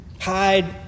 hide